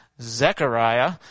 Zechariah